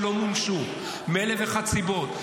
שלא מומשו מאלף ואחת סיבות.